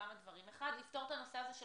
כמה דברים: 1. לפתור את הנושא הזה של